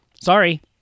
Sorry